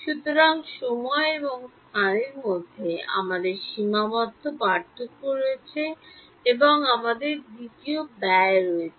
সুতরাং সময় এবং স্থানের মধ্যে আমাদের সীমাবদ্ধ পার্থক্য রয়েছে এবং আমাদের দ্বিতীয় ব্যয় রয়েছে